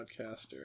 Podcaster